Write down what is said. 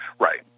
Right